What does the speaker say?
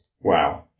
Wow